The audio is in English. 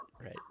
right